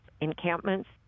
encampments